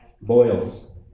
Boils